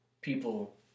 people